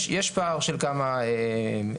יש פער של כמה מיליונים.